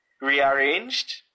rearranged